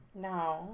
No